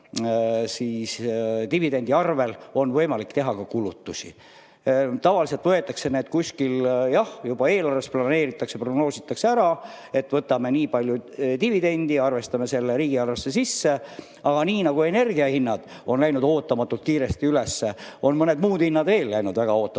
dividendi arvel on võimalik teha ka kulutusi. Tavaliselt juba eelarvet koostades planeeritakse, prognoositakse ära, et võtame nii palju dividendi ja arvestame selle riigieelarvesse sisse. Aga nii nagu energiahinnad on läinud ootamatult kiiresti üles, on ka mõned muud hinnad läinud väga ootamatult